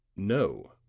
no,